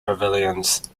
pavilions